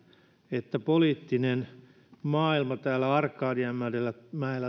että poliittinen maailma täällä arkadianmäellä